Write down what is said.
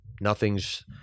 nothing's